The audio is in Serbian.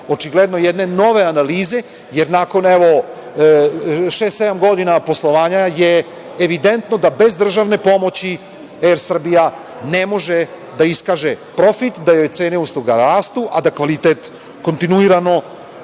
očigledno jedne nove analize, jer nakon šest-sedam godina poslovanja je evidentno da bez državne pomoći "Er Srbija" ne može da iskaže profit, da joj cene usluga rastu, a da kvalitet kontinuirano